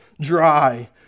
dry